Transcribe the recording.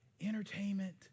entertainment